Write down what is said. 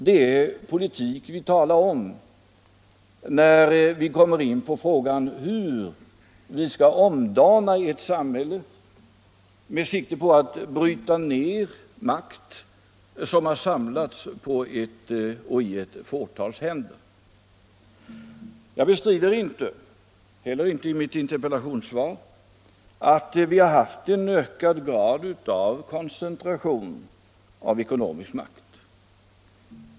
Det är politik vi talar om när vi kommer in på frågan hur vi skall omdana ett samhälle med sikte på att bryta ned makt som samlats i ett fåtals händer. Jag bestrider inte — inte heller i mitt interpellationssvar — att vi har haft en ökad grad av koncentration av ekonomisk makt.